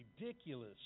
ridiculous